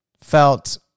felt